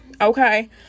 okay